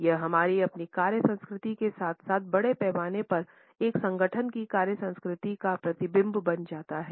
यह हमारी अपनी कार्य संस्कृति के साथ साथ बड़े पैमाने पर एक संगठन की कार्य संस्कृति का प्रतिबिंब बन जाता है